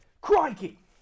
Crikey